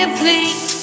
please